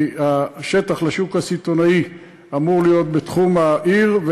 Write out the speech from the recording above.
כי השטח לשוק הסיטונאי אמור להיות בתחום העיר,